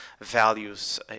values